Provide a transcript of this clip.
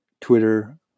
Twitter